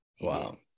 Wow